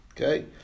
okay